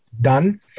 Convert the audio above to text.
done